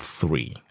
three